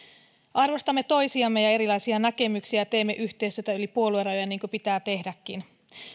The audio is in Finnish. arvostamme toisiamme ja erilaisia näkemyksiä ja teemme yhteistyötä yli puoluerajojen niin kuin pitää tehdäkin